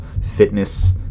fitness